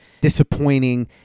disappointing